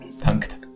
punked